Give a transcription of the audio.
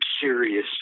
serious